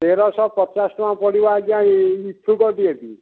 ତେରଶହ ପଚାଶ ଟଙ୍କା ପଡ଼ିବ ଆଜ୍ଞା ଇଛୁକ ଡି ଏ ପି